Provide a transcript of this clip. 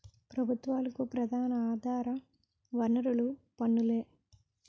ప్రభుత్వాలకు ప్రధాన ఆధార వనరులు పన్నులే